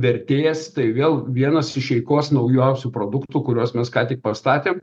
vertės tai vėl vienas iš eikos naujausių produktų kuriuos mes ką tik pastatėm